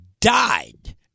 died